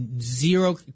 zero